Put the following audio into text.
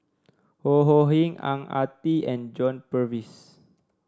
Ho Ho Ying Ang Ah Tee and John Purvis